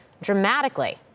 dramatically